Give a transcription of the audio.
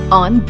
on